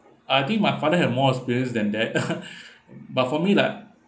I think my father have more experience than that but for me like